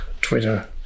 Twitter